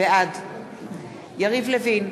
בעד יריב לוין,